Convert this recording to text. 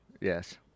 Yes